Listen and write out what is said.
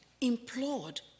implored